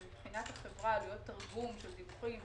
עלויות תרגום ודיווחים,